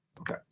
Okay